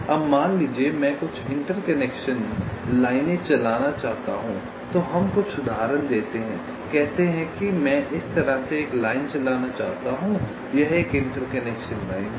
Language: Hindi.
अब मान लीजिए मैं कुछ इंटरकनेक्शन लाइनें चलाना चाहता हूं तो हम कुछ उदाहरण देते हैं कहते हैं कि मैं इस तरह से एक लाइन चलाना चाहता हूं यह 1 इंटरकनेक्शन लाइन है